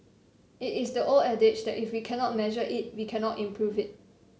it is the old adage that if we cannot measure it we cannot improve it